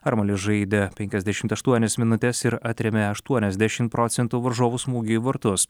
armalis žaidė penkiasdešimt aštuonias minutes ir atrėmė aštuoniasdešim procentų varžovų smūgių į vartus